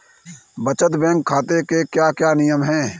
बचत बैंक खाते के क्या क्या नियम हैं?